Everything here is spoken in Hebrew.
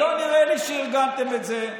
ולא נראה לי שארגנתם את זה,